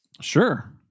sure